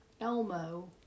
Elmo